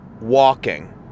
walking